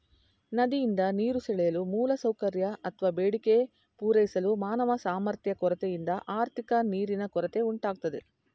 ನದಿಯಿಂದ ನೀರು ಸೆಳೆಯಲು ಮೂಲಸೌಕರ್ಯ ಅತ್ವ ಬೇಡಿಕೆ ಪೂರೈಸಲು ಮಾನವ ಸಾಮರ್ಥ್ಯ ಕೊರತೆಯಿಂದ ಆರ್ಥಿಕ ನೀರಿನ ಕೊರತೆ ಉಂಟಾಗ್ತದೆ